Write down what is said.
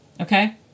Okay